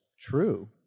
true